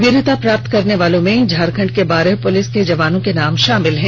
वीरता पुरस्कार पाने वालों में झारखंड के बारह पुलिस के जवानों के नाम शामिल हैं